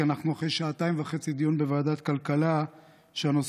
כי אנחנו אחרי שעתיים וחצי דיון בוועדת הכלכלה שהנושא